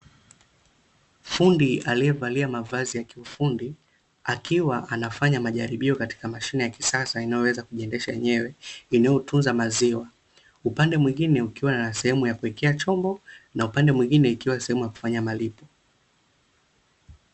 Fundi aliyevalia mavazi ya kiufundi akiwa anafanya majaribio katika mashine ya kisasa inayoweza kujiendesha yenyewe inayotunza maziwa, upande mwingine ukiwa na sehemu ya kuwekea chombo na upande mwingine ikiwa sehemu ya kufanya malipo.